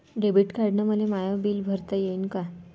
Debit कार्डानं मले माय बिल भरता येईन का?